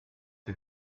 wir